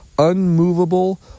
unmovable